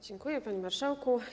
Dziękuję, panie marszałku.